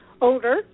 older